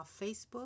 Facebook